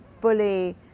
fully